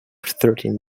thirteen